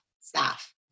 staff